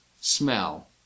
Smell